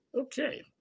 Okay